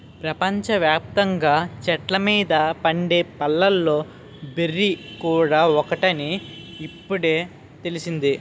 ప్రపంచ వ్యాప్తంగా చెట్ల మీద పండే పళ్ళలో బెర్రీ కూడా ఒకటని ఇప్పుడే తెలిసింది